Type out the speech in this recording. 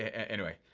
anyway.